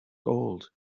old